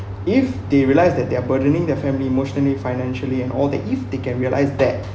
if they realise that they're burdening their family emotionally financially and all that if they can realize that